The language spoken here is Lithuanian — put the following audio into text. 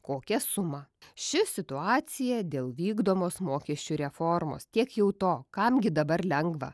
kokią sumą ši situacija dėl vykdomos mokesčių reformos tiek jau to kam gi dabar lengva